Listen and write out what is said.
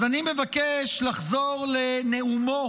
אז אני מבקש לחזור לנאומו